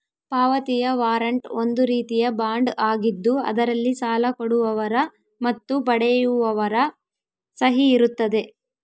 ಪಾವತಿಯ ವಾರಂಟ್ ಒಂದು ರೀತಿಯ ಬಾಂಡ್ ಆಗಿದ್ದು ಅದರಲ್ಲಿ ಸಾಲ ಕೊಡುವವರ ಮತ್ತು ಪಡೆಯುವವರ ಸಹಿ ಇರುತ್ತದೆ